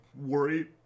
worry